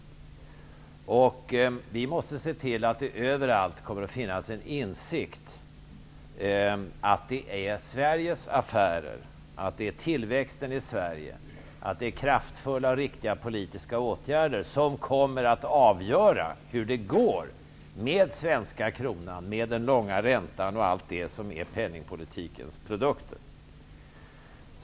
Vi måste se till att det överallt finns en insikt om att det är Sveriges affärer, tillväxten i Sverige, kraftfulla och riktiga politiska åtgärder, som kommer att avgöra hur det går med den svenska kronan, med den långa räntan och med allt det som är penningpolitikens produkter.